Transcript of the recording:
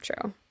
True